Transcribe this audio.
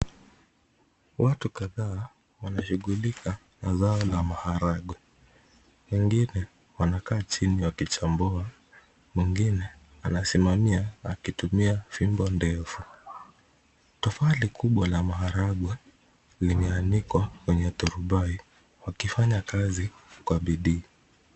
Watu kadhaa wanashughulika na zao la maharagwe. Wengine wanakaa chini wakichambua. Wengine wanasimamia wakitumia fimbo ndefu. Tofali kubwa la maharagwe limeanikwa kwenye thoruba hii wakifanya kazi kwa bidii.